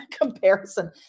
comparison